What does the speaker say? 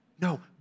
No